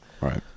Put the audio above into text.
Right